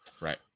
right